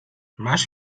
masz